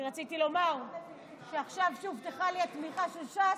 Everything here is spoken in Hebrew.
רציתי לומר שעכשיו, כשהובטחה לי התמיכה של ש"ס,